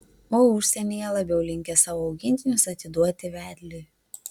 o užsienyje labiau linkę savo augintinius atiduoti vedliui